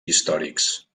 històrics